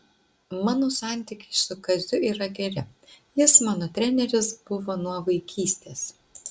mano santykiai su kaziu yra geri jis mano treneris buvo nuo vaikystės